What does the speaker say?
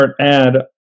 add